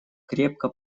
крепко